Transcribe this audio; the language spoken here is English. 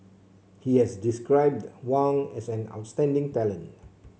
he has described Wang as an outstanding talent